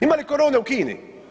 Ima li korone u Kini?